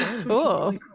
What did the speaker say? Cool